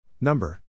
Number